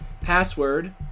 password